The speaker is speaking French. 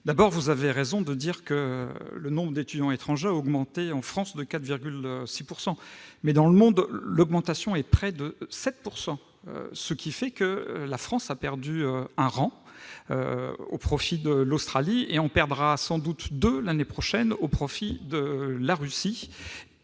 ministre, vous avez raison de signaler que le nombre d'étudiants étrangers a augmenté en France de 4,6 %. Mais, dans le monde, l'augmentation est de près de 7 %, en sorte que la France a perdu un rang, au profit de l'Australie, et en perdra sans doute deux autres l'année prochaine, au profit de la Russie